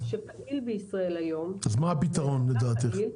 אז מה הפתרון לדעתך?